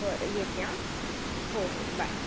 बरं येते आं हो हो बाय